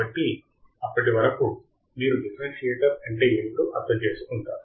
కాబట్టి అప్పటి వరకు మీరు డిఫరెన్సియేటర్ అంటే ఏమిటో అర్థం చేసుకుంటారు